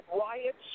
riots